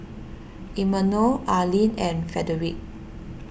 Imanol Arlen and Frederick